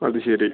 അത് ശരി